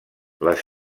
les